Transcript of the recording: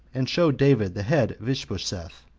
and showed david the head of ishbosheth,